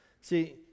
See